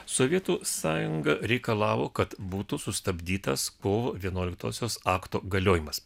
sovietų sąjunga reikalavo kad būtų sustabdytas kovo vienuoliktosios akto galiojimas